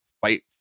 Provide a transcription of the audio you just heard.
fight